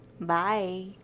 Bye